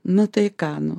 nu tai ką nu